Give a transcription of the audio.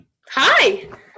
Hi